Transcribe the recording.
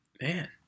Man